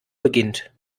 beginnt